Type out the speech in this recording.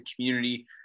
community